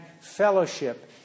fellowship